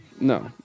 No